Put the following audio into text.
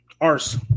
Arse